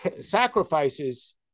sacrifices